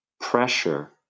pressure